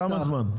כמה זמן?